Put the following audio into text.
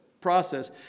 process